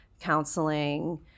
counseling